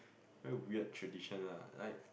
very weird tradition lah like